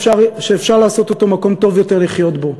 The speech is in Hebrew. שאפשר לעשות אותו מקום טוב יותר לחיות בו,